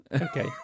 Okay